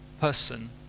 person